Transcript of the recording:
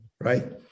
right